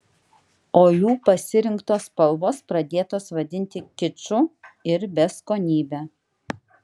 o jų pasirinktos spalvos pradėtos vadinti kiču ir beskonybe